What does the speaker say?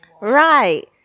right